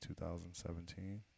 2017